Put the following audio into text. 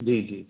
जी जी